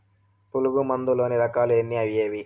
పులుగు మందు లోని రకాల ఎన్ని అవి ఏవి?